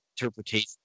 interpretation